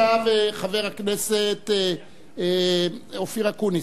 מספיק, חבר הכנסת חסון.